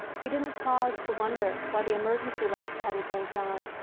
we didn't pause to wonder why the emergency lights hadn't blinked on,